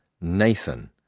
Nathan